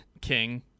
king